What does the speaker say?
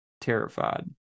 terrified